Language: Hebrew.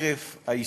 חרף האיסור.